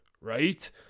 right